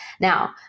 Now